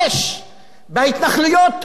בהתנחלויות אין עוני.